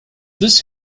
this